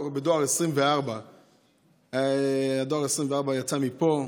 בדואר 24. דואר 24 יצא מפה,